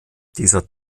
dieser